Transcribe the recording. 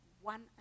one